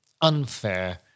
unfair